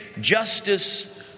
justice